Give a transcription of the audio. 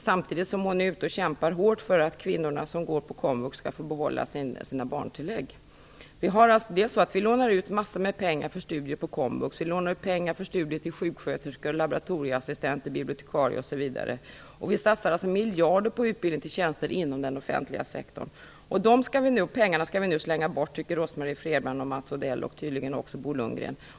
Samtidigt är hon ute och kämpar hårt för att de kvinnor som går på komvux skall få behålla sina barntillägg. Vi lånar ut massor av pengar till studier på komvux, för studier till sjuksköterskor, laboratorieassistenter, bibliotekarier osv. Vi satsar alltså miljarder på utbildning till tjänster inom den offentliga sektorn. Dessa pengar skall vi nu slänga bort, tycker Rose Marie Frebran, Mats Odell och tydligen också Bo Lundgren.